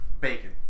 Bacon